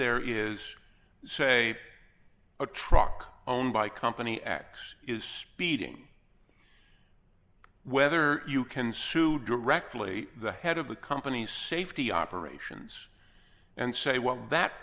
there is say a truck owned by company x is speeding whether you can sue directly the head of the company's safety operations and say well that